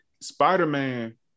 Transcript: spider-man